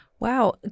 Wow